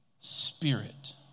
spirit